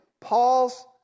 Paul's